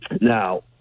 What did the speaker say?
Now